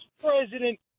president